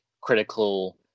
critical